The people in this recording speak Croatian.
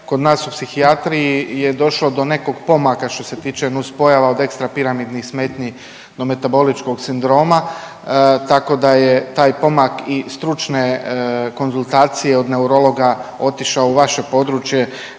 Kod nas u psihijatriji je došlo do nekog pomaka što se tiče nus pojava od ekstra piramidnih smetnji do metaboličkog sindroma, tako da je taj pomak i stručne konzultacije od neurologa otišao u vaše područje